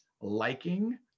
liking